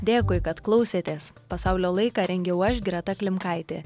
dėkui kad klausėtės pasaulio laiką rengiau aš greta klimkaitė